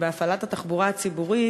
שבהפעלת התחבורה הציבורית,